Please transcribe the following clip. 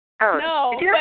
No